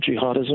jihadism